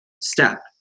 step